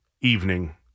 evening